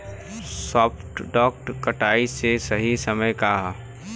सॉफ्ट डॉ कटाई के सही समय का ह?